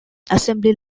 assembly